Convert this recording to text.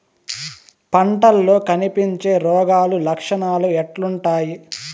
పంటల్లో కనిపించే రోగాలు లక్షణాలు ఎట్లుంటాయి?